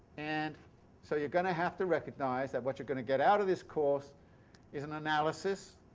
and so you're going to have to recognize that what you're going to get out of this course is an analysis,